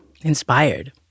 inspired